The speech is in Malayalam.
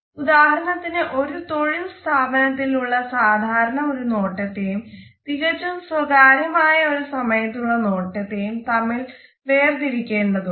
ഉദാഹണത്തിനു് ഒരു തൊഴിൽ സ്ഥാപനത്തിൽ ഉള്ള സാധാരണ ഒരു നോട്ടത്തെയും തികച്ചും സ്വകാര്യമായ ഒരു സമയത്തുള്ള നോട്ടത്തേയും തമ്മിൽ വേർതിരിക്കേണ്ടതു ണ്ട്